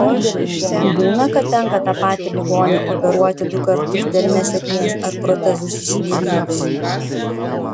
būna kad tenka tą patį ligonį operuoti du kartus dėl nesėkmės ar protezui susidėvėjus